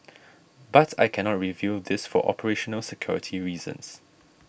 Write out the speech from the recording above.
but I cannot reveal this for operational security reasons